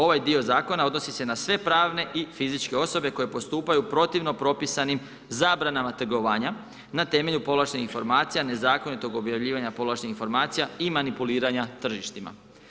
Ovaj dio zakona odnosi se na sve pravne i fizičke osobe koje postupaju protivno propisanim zabranama trgovanja na temelju povlaštenih informacija nezakonitog objavljivanja povlaštenih informacija i manipuliranja tržištima.